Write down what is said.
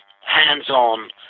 hands-on